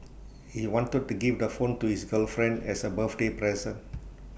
he wanted to give the phone to his girlfriend as A birthday present